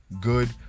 good